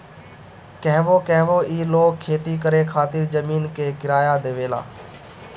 कहवो कहवो ई लोग खेती करे खातिर जमीन के किराया देवेला